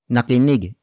Nakinig